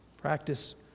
Practice